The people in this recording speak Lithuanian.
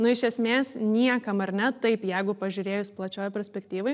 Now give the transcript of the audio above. nu iš esmės niekam ar ne taip jeigu pažiūrėjus plačioj perspektyvoj